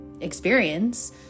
experience